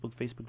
Facebook